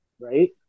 right